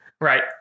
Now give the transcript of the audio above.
Right